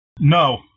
No